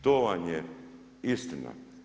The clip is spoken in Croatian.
To vam je istina.